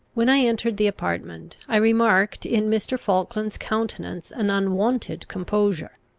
when i entered the apartment, i remarked in mr. falkland's countenance an unwonted composure.